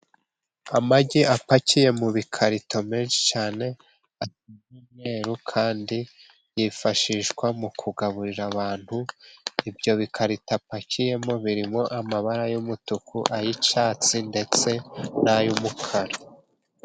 Amagi apakiye mu bikarito menshi cyane y'umweru kandi yifashishwa mu kugaburira abantu ibyo bikarito apakiyemo birimo amabara y'umutuku, ay'icyatsi ndetse n'ay'umukara.